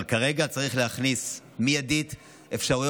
אבל כרגע צריך להכניס מיידית אפשרויות